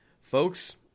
folks